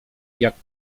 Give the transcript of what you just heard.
jak